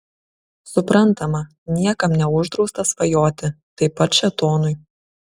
suprantama niekam neuždrausta svajoti taip pat šėtonui